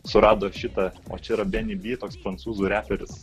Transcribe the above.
surado šitą o čia yra beni by toks prancūzų reperis